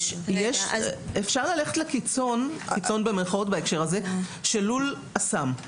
אפשר ללכת ל"קיצון" של לול אסם.